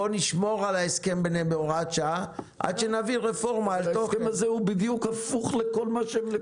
בואו נשמור על ההסכם ביניהם בהוראת שעה עד שנביא רפורמה על תוכן.